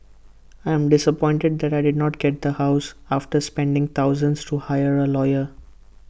I am disappointed that I didn't get the house after spending thousands to hire A lawyer